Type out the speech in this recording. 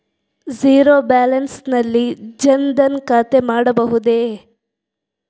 Zero balance ನಲ್ಲಿ ಜನ್ ಧನ್ ಖಾತೆ ಮಾಡಬಹುದೇ?